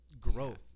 growth